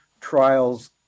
trials